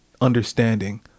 understanding